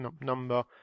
number